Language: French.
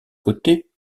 côté